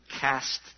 cast